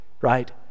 right